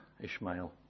Ishmael